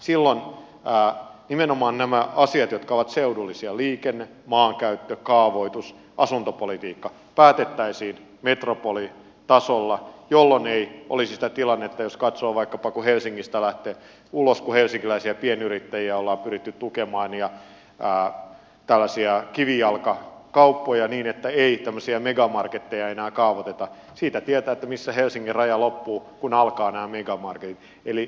silloin nimenomaan nämä asiat jotka ovat seudullisia liikenne maankäyttö kaavoitus asuntopolitiikka päätettäisiin metropolitasolla jolloin ei olisi sitä tilannetta että jos katsoo vaikkapa kun helsingistä lähtee ulos kun helsinkiläisiä pienyrittäjiä ollaan pyritty tukemaan ja tällaisia kivijalkakauppoja niin että ei tämmöisiä megamarketteja enää kaavoiteta niin siitä tietää missä helsingin raja loppuu kun alkavat nämä megamarketit